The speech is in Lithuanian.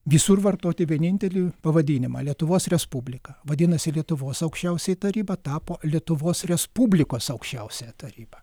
visur vartoti vienintelį pavadinimą lietuvos respublika vadinasi lietuvos aukščiausioji taryba tapo lietuvos respublikos aukščiausiąja taryba